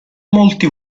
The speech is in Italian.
molti